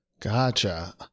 Gotcha